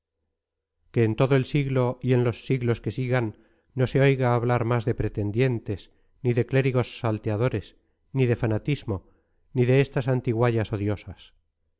que en todo el siglo y en los siglos que sigan no se oiga hablar más de pretendientes ni de clérigos salteadores ni de fanatismo ni de estas antiguallas odiosas